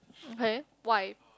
okay why